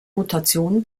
mutation